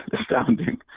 astounding